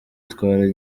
itwara